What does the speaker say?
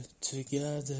together